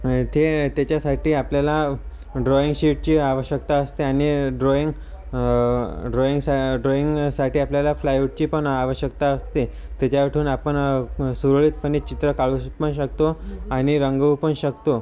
ते त्याच्यासाठी आपल्याला ड्रॉइंग शीटची आवश्यकता असते आणि ड्रॉइंग ड्रॉइंग स ड्रॉइंगसाठी आपल्याला फ्लायवुडची पण आवश्यकता असते त्याच्यावर ठेवून आपण सुरळीतपणे चित्र काढूपण शकतो आणि रंगवूपण शकतो